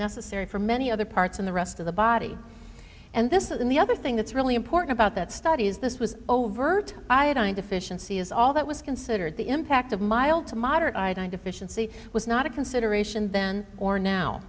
necessary for many other parts in the rest of the body and this in the other thing that's really important about that study is this was overt iodine deficiency is all that was considered the impact of mild to moderate i deficiency was not a consideration then or now